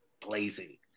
blazing